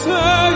Say